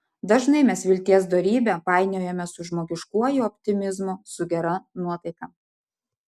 dažnai mes vilties dorybę painiojame su žmogiškuoju optimizmu su gera nuotaika